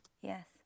Yes